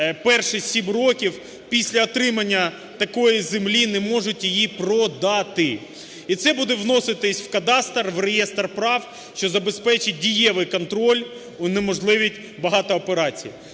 перші 7 років після отримання такої землі, не можуть її продати. І це буде вноситись в кадастр, в реєстр прав, що забезпечить дієвий контроль, унеможливить багато операцій.